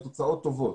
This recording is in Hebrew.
הביא תוצאות טובות.